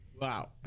Wow